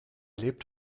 lebt